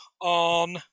on